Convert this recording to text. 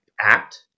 act